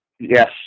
Yes